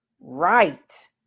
right